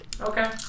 Okay